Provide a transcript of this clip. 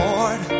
Lord